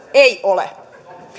ei ole